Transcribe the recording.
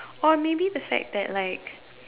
or maybe the fact that like